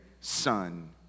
Son